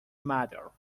matter